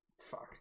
Fuck